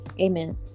Amen